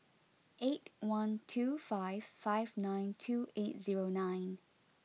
eight one two five five nine two eight zero nine